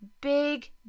big